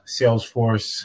Salesforce